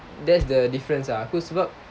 that's the difference ah aku sebab